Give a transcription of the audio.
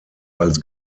als